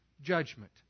judgment